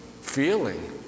feeling